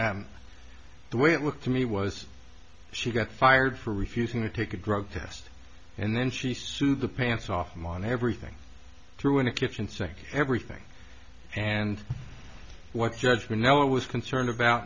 the way it looked to me was she got fired for refusing to take a drug test and then she sued the pants off them on everything threw in the kitchen sink everything and what judgment never was concerned about